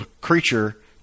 creature